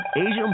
Asian